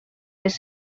les